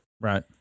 Right